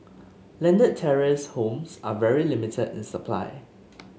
landed terrace homes are very limited in supply